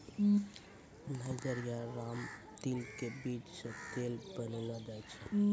niger या रामतिल के बीज सॅ तेल बनैलो जाय छै